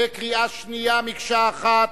בקריאה שנייה, מקשה אחת.